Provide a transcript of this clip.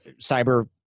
cyber